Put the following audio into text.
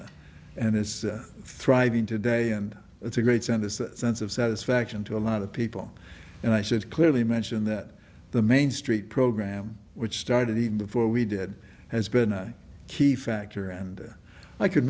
and is thriving today and it's a great send us a sense of satisfaction to a lot of people and i said clearly mentioned that the main street program which started even before we did has been a key factor and i could